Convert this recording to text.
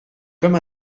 comme